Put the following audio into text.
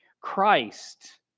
Christ